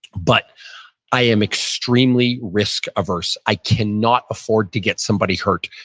but i am extremely risk averse. i cannot afford to get somebody hurt.